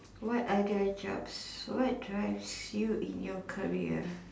what other jobs what drives you in your career